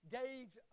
gauge